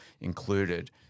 included